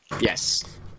Yes